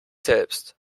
selbst